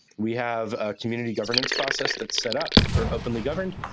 we have a community governance process that's set up. we're openly governed.